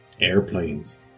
Airplanes